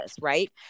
Right